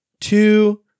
two